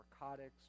narcotics